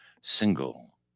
single